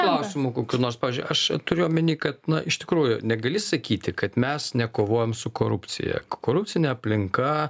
klausimų kokių nors pavyzdžiui aš turiu omeny kad iš tikrųjų negali sakyti kad mes nekovojam su korupcija korupcinė aplinka